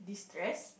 stress